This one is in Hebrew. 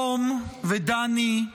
תום ודני,